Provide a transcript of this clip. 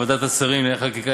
ועדת השרים לענייני חקיקה,